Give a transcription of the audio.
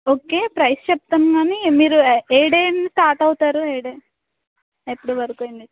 okay price చెప్తాముగాని మీరు ఏ డేన స్టార్ట్ అవుతారు ఏ డే ఎప్పుడువరకండి